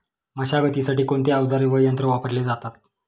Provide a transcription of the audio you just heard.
मशागतीसाठी कोणते अवजारे व यंत्र वापरले जातात?